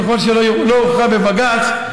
וככל שלא הוכרע בבג"ץ,